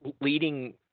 leading